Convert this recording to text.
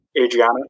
Adriana